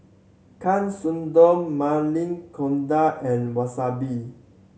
Katsudon Maili Kofta and Wasabi